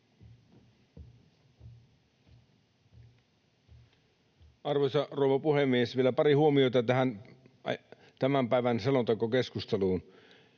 Arvoisa rouva puhemies! Vielä pari huomiota tähän tämän päivän selontekokeskusteluun: